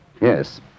Yes